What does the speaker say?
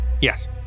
Yes